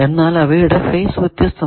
എന്നാൽ അവയുടെ ഫേസ് വ്യത്യസ്തമാണ്